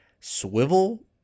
swivel